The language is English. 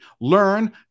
Learn